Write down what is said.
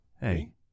Hey